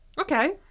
Okay